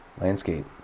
landscape